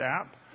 app